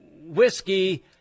whiskey